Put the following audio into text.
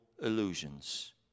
illusions